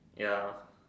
ya